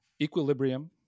equilibrium